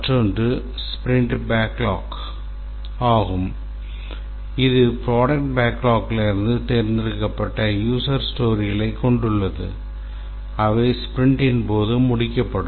மற்றொன்று sprint backlog ஆகும் இது ப்ரோடக்ட் பேக்லாக்கிலிருந்து தேர்ந்தெடுக்கப்பட்ட USER STORYகளைக் கொண்டுள்ளது அவை ஸ்பிரிண்டின் போது முடிக்கப்படும்